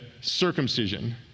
circumcision